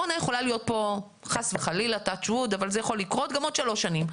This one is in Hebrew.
הקורונה יכולה להיות כאן - חס וחלילה - גם עוד שלוש שנים,